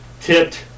tipped